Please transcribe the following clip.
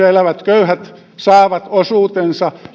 elävät köyhät saavat osuutensa